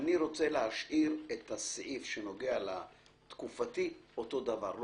אני רוצה להשאיר את הסעיף שנוגע לתקופתי אותו דבר,